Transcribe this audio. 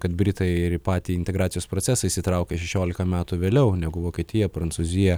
kad britai ir į patį integracijos procesą įsitraukė šešiolika metų vėliau negu vokietija prancūzija